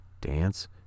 dance